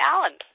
Alan